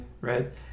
Right